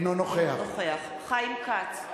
אינו נוכח חיים כץ,